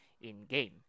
in-game